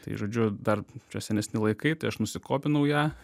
tai žodžiu dar čia senesni laikai tai aš nusikopinau ją